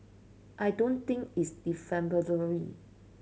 I don't think it's defamatory